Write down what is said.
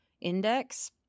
index